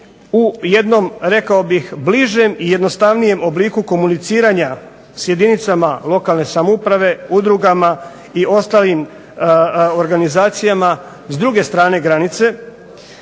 u jednom rekao bih bližem i jednostavnijem obliku komuniciranja s jedinicama lokalne samouprave, udrugama i ostalim organizacijama s druge strane granice